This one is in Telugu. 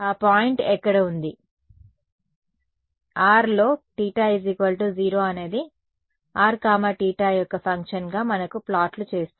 కాబట్టి rలో θ 0 అనేది r θ యొక్క ఫంక్షన్గా మనకు ప్లాట్లు చేస్తుంది